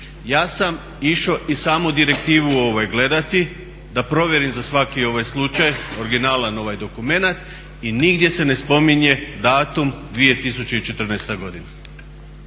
Ja sam išao i samu direktivu gledati da provjerim za svaki slučaj originalan ovaj dokumenat i nigdje se ne spominje datum 2014. godina.